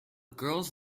girls